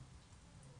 א.ס: